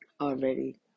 already